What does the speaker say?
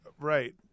Right